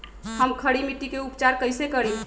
हम खड़ी मिट्टी के उपचार कईसे करी?